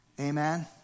Amen